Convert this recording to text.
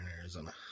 Arizona